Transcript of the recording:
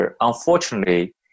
unfortunately